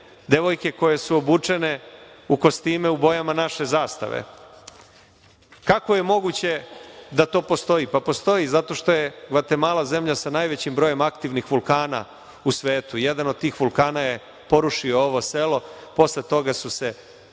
devojke koje su obučene u kostime u bojama naše zastave. Kako je moguće da to postoji? Postoji zato što je Gvatemala zemlja sa najvećim brojem aktivnih vulkana u svetu. Jedan od tih vulkana je porušio ovo selo. Posle toga su se